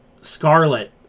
Scarlet